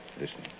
Listen